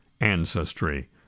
ancestry